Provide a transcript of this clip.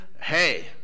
hey